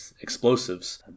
explosives